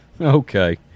Okay